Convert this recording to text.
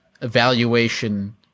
evaluation